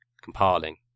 compiling